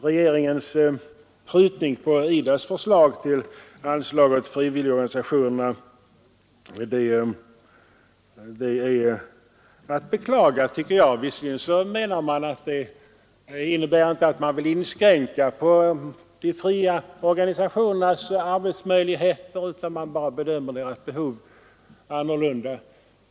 Regeringens prutning på SIDA:s förslag till anslag åt frivilligorganisationerna är att beklaga, tycker jag. Visserligen menar man att detta inte innebär att man vill inskränka de fria organisationernas arbetsmöjligheter utan att man bara bedömer deras behov annorlunda.